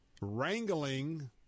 wrangling